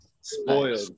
Spoiled